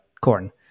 corn